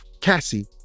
Cassie